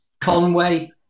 Conway